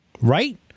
Right